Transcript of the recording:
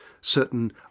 certain